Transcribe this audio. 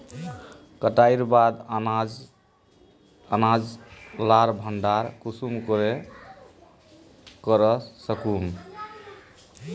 कटाईर बाद अनाज लार भण्डार कुंसम करे करूम?